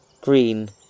green